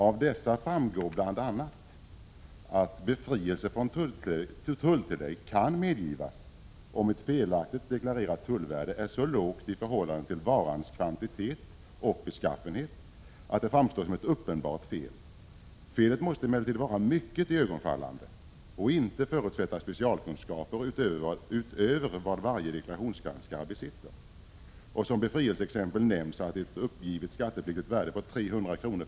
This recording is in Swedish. Av dessa framgår bl.a. att befrielse från tulltillägg kan medgivas om ett felaktigt deklarerat +tullvärde är så lågt i förhållande till varans kvantitet och beskaffenhet att det framstår som ett uppenbart fel. Felet måste emellertid vara mycket iögonfallande och inte förutsätta specialkunskaper utöver vad varje deklarationsgranskare besitter. Som befrielseexempel nämns att ett uppgivet skattepliktigt värde på 300 kr.